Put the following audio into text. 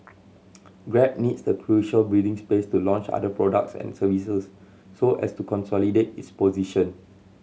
grab needs the crucial breathing space to launch other products and services so as to consolidate its position